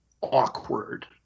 awkward